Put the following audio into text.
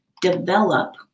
develop